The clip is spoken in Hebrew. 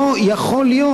לא יכול להיות.